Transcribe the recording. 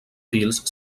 fils